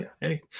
hey